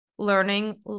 learning